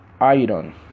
iron